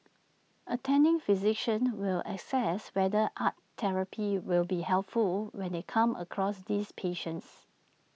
attending physicians will assess whether art therapy will be helpful when they come across these patients